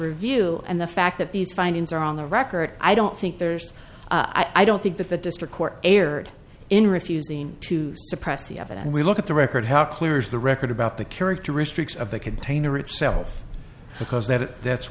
review and the fact that these findings are on the record i don't think there's i don't think that the district court erred in refusing to suppress the of it and we look at the record how clear is the record about the characteristics of the container itself because that that's